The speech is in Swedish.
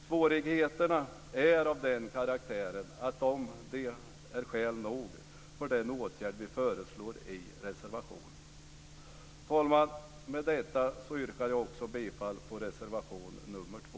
Svårigheterna är av den karaktären att de är skäl nog för den åtgärd vi föreslår i reservationen. Fru talman! Med detta yrkar jag bifall också till reservation nr 2.